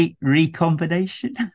recombination